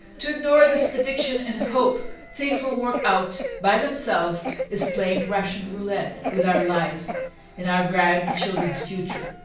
to ignore this prediction and hope things will work out by themselves is playing russian roulette with our lives and our grandchildren's future.